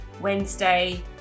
Wednesday